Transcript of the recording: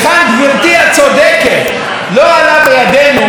לא עלה בידנו להעביר את החוק הזה מן העולם.